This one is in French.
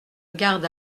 garde